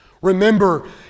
Remember